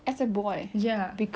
uh waktu secondary school kan